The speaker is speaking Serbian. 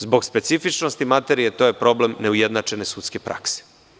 Zbog specifičnosti materije, to je problem neujednačene sudske prakse.